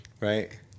Right